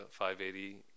580